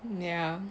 ya